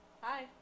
Hi